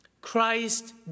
Christ